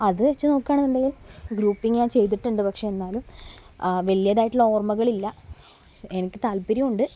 അത് വച്ച് നോക്കുക ആണെന്നുണ്ടെങ്കിൽ ഗ്രൂപ്പിങ്ങ് ഞാൻ ചെയ്തിട്ടുണ്ട് പക്ഷെ എന്നാലും വലുതായിട്ടുള്ള ഓർമ്മകളില്ല എനിക്ക് താല്പര്യം ഉണ്ട് അത്ര ഉള്ളൂ